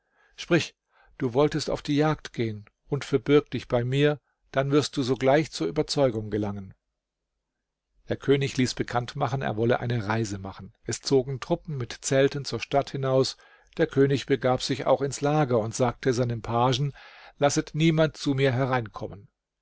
sprich du wollest auf die jagd gehen und verbirg dich bei mir dann wirst du sogleich zur überzeugung gelangen der könig ließ bekannt machen er wolle eine reise machen es zogen truppen mit zelten zur stadt hinaus der könig begab sich auch ins lager und sagte seinen pagen lasset niemand zu mir hereinkommen